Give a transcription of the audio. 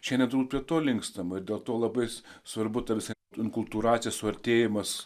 šiandien turbūt prie to linkstama ir dėl to labai svarbu tarsi akultūracijos suartėjimas